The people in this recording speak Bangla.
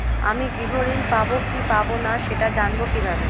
আমি গৃহ ঋণ পাবো কি পাবো না সেটা জানবো কিভাবে?